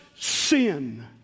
sin